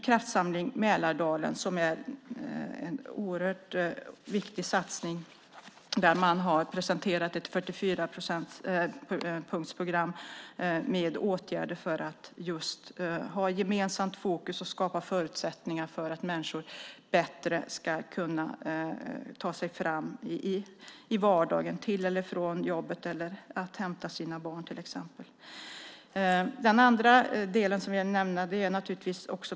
Kraftsamling Mälardalen är en oerhört viktig satsning. Man har presenterat ett 44-punktsprogram med fokus på att vidta åtgärder så att människor får förutsättningar att lättare ta sig fram i vardagen till eller från jobbet eller för att till exempel hämta sina barn.